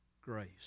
grace